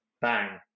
bang